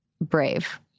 brave